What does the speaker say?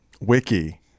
Wiki